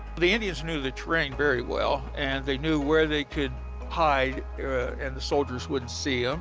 the indians knew the terrain very well. and they knew where they could hide and the soldiers wouldn't see ah